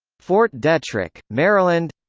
fort detrick, maryland